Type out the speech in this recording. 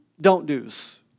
don't-dos